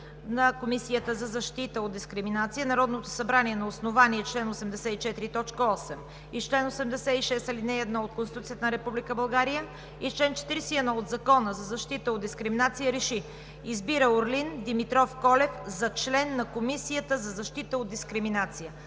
на Комисията за защита от дискриминация Народното събрание на основание чл. 84, т. 8 и чл. 86, ал. 1 от Конституцията на Република България и чл. 41 от Закона за защита от дискриминация РЕШИ: Избира Орлин Димитров Колев за член на Комисията за защита от дискриминация.“